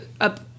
up